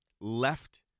left